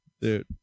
dude